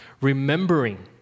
remembering